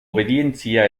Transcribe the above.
obedientzia